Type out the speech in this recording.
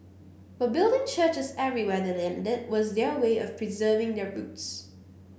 but building churches everywhere their landed was their way of preserving their roots